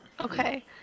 Okay